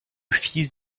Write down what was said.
fils